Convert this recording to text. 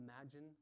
imagine